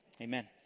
Amen